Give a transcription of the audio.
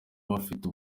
bafite